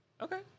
Okay